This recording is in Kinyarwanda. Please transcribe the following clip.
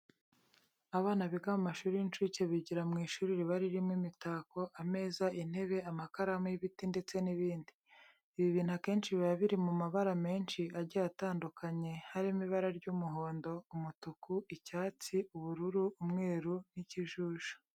Abana biga mu mashuri y'incuke bigira mu ishuri riba ririmo imitako, ameza, intebe, amakaramu y'ibiti ndetse n'ibindi. Ibi bintu akenshi biba biri mu mabara menshi agiye atandukanye, harimo ibara ry'umuhondo, umutuku, icyatsi, ubururu, umweru n'ikijuju.